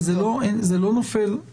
זה נופל בין הכיסאות.